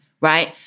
right